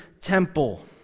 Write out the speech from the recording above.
temple